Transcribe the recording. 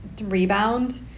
rebound